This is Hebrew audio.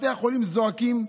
בתי החולים זועקים.